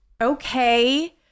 Okay